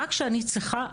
רק שאני צריכה,